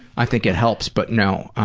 i think it helps but no.